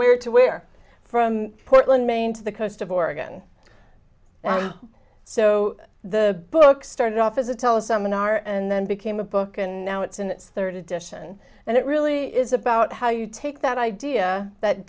where to where from portland maine to the coast of oregon so the book started off as a tell some an hour and then became a book and now it's in its third edition and it really is about how you take that idea that